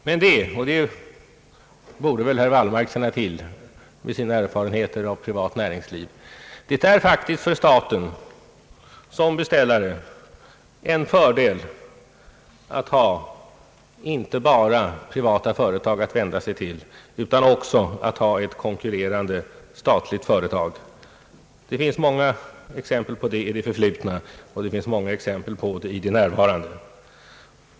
Men det är faktiskt — det borde väl herr Wallmark känna till med sina erfarenheter av privat näringsliv — för staten såsom beställare en fördel att ha inte bara privata företag att vända sig till utan också ett konkurrerande statligt företag. Det finns många exempel härpå i det förflutna, och det finns många exempel på detta i det nuvarande.